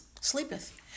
sleepeth